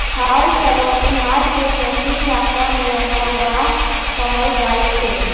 हर चलओनिहार के मैथिली भाषा मे हरवाह कहल जाइत छै